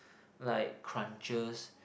like cruncher